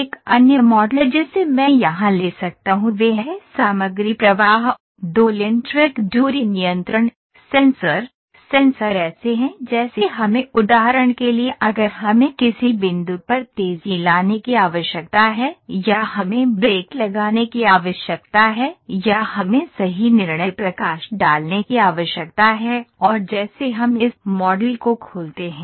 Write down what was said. एक अन्य मॉडल जिसे मैं यहां ले सकता हूं वह है सामग्री प्रवाह दो लेन ट्रैक दूरी नियंत्रण सेंसर सेंसर ऐसे हैं जैसे हमें उदाहरण के लिए अगर हमें किसी बिंदु पर तेजी लाने की आवश्यकता है या हमें ब्रेक लगाने की आवश्यकता है या हमें सही निर्णय प्रकाश डालने की आवश्यकता है और जैसे हम इस मॉडल को खोलते हैं